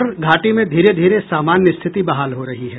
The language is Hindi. इधर घाटी में धीरे धीरे सामान्य स्थिति बहाल हो रही है